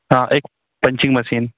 हाँ एक punching machine